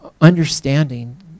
understanding